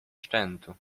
szczętu